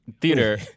theater